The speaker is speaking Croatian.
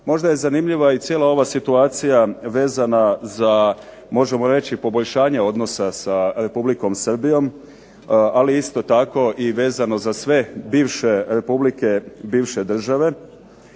Možda je zanimljiva i cijela ova situacija vezana za možemo reći poboljšanje odnosa sa Republikom Srbijom, ali isto tako i vezano za sve bivše republike bivše države